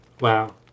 Wow